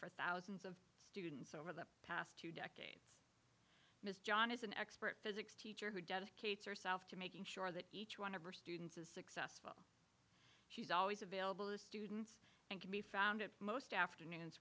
for thousands of over the past two decades ms john is an expert physics teacher who dedicates herself to making sure that each one of her students is successful she's always available to students and can be found at most afternoons